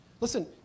Listen